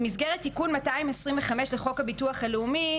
במסגרת תיקון 225 לחוק ביטוח לאומי,